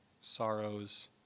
sorrows